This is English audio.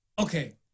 Okay